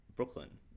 brooklyn